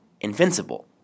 invincible